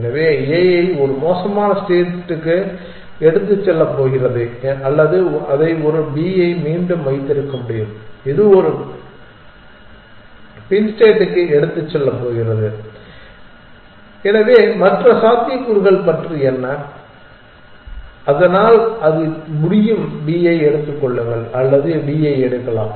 எனவே A ஐ ஒரு மோசமான ஸ்டேட்டுக்கு எடுத்துச் செல்லப் போகிறது அல்லது அதை ஒரு B ஐ மீண்டும் வைத்திருக்க முடியும் இது ஒரு பின் ஸ்டேட்க்கு எடுத்துச் செல்லப் போகிறது எனவே மற்ற சாத்தியக்கூறுகள் பற்றி என்ன அதனால் அது முடியும் B ஐ எடுத்துக் கொள்ளுங்கள் அல்லது அது D ஐ எடுக்கலாம்